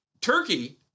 Turkey